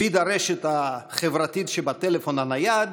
פיד הרשת החברתית שבטלפון הנייד,